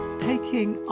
taking